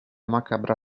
macabra